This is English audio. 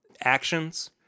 actions